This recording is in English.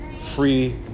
free